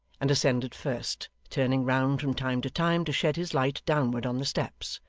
and ascended first, turning round from time to time to shed his light downward on the steps.